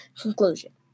Conclusion